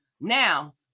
Now